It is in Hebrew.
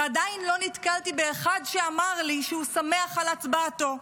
ועדיין לא נתקלתי באחד שאמר לי שהוא שמח על הצבעתו.